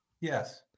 Yes